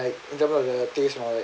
all the taste all that